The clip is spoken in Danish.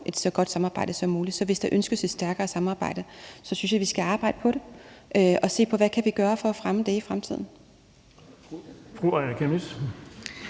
et så godt samarbejde som muligt. Så hvis der ønskes et stærkere samarbejde, synes jeg, at vi skal arbejde på det og se på, hvad vi kan gøre for at fremme det i fremtiden.